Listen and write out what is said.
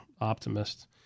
optimist